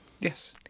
Yes